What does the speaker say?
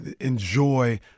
enjoy